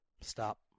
Stop